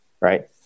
right